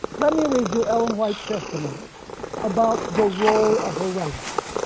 let me read you ellen white's testimony about the role of her writings.